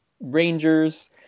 Rangers